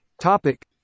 topic